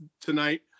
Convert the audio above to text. tonight